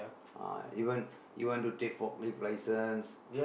uh even you want to take forklift license